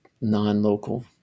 non-local